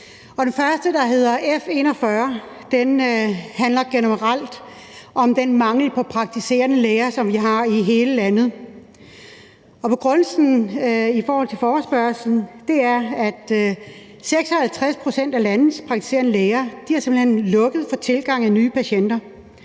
Den første, der hedder F 41, handler generelt om den mangel på praktiserende læger, som vi har i hele landet. Og begrundelsen er, at 56 pct. af landets praktiserende læger har lukket for tilgang af nye patienter,